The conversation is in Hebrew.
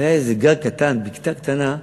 היה איזה גג קטן, בקתה קטנה,